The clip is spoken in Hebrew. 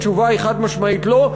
התשובה היא חד-משמעית לא,